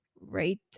Right